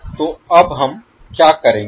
तो अब हम क्या करेंगे